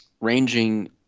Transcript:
ranging